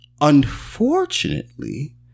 Unfortunately